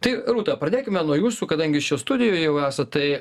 tai rūta pradėkime nuo jūsų kadangi jūs čia studijoje jau est tai